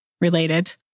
related